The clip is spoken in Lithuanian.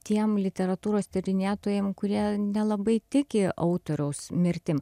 tiem literatūros tyrinėtojam kurie nelabai tiki autoriaus mirtim